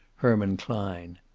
herman klein.